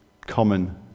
common